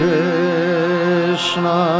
Krishna